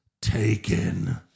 taken